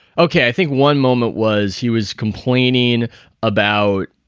okay. i think one moment was he was complaining about.